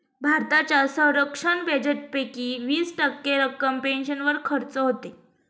भारताच्या संरक्षण बजेटपैकी वीस टक्के रक्कम पेन्शनवर खर्च होते